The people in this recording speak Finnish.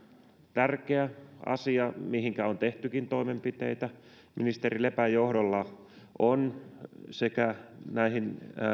tärkeä asia mihinkä on tehtykin toimenpiteitä ministeri lepän johdolla on näihin